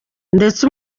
ndetse